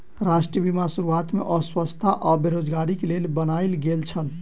राष्ट्रीय बीमा शुरुआत में अस्वस्थता आ बेरोज़गारीक लेल बनायल गेल छल